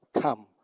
Come